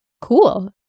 cool